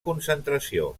concentració